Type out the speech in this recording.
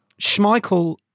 Schmeichel